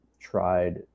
tried